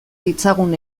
ditzagun